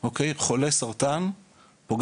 האחד זה מפגשי רופא חולה: אונקולוגיה,